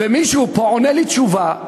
ומישהו פה עונה לי תשובה,